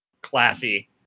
Classy